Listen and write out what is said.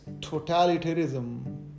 totalitarianism